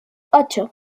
ocho